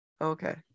Okay